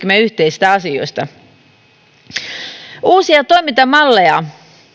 meidän yhteisistä asioistamme uusia toimintamalleja